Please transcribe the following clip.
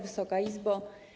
Wysoka Izbo!